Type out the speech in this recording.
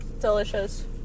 delicious